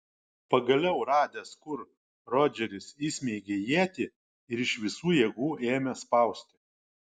pagaliau radęs kur rodžeris įsmeigė ietį ir iš visų jėgų ėmė spausti